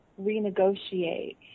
renegotiate